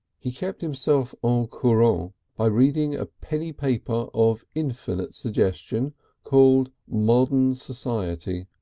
he kept himself au courant by reading a penny paper of infinite suggestion called modern society.